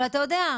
אבל אתה יודע,